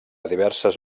diverses